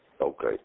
Okay